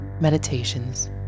meditations